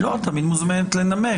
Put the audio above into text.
את תמיד מוזמנת לנמק.